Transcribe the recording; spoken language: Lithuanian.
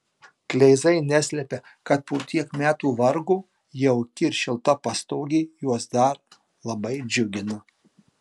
kleizai neslepia kad po tiek metų vargo jauki ir šilta pastogė juos labai džiugina